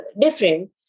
different